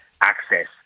access